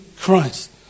Christ